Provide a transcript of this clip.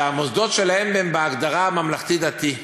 שהמוסדות שלהן הם בהגדרה ממלכתי-דתי.